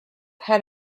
had